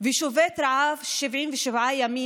ושובת רעב 77 ימים.